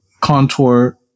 contour